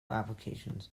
applications